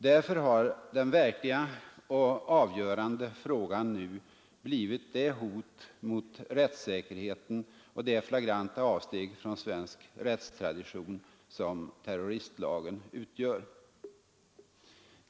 Därför har den verkliga och avgörande frågan nu blivit det hot mot rättssäkerheten och det flagranta avsteg från svensk rättstradition som terroristlagen utgör.